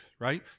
right